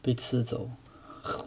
被吃走